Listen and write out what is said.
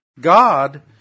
God